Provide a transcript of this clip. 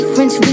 French